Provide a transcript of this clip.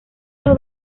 los